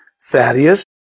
Thaddeus